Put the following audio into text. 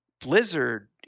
blizzard